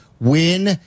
win